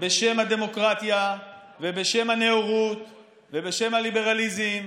בשם הדמוקרטיה ובשם הנאורות ובשם הליברליזם.